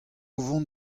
vont